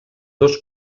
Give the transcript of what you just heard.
dos